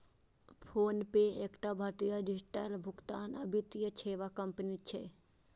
PhonePe एकटा भारतीय digital भुगतान आ वित्तीय सेवा कंपनी छियै